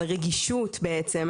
על רגישות בעצם.